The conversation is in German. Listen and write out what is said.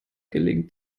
gelingt